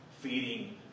feeding